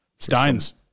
Steins